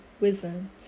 wisdom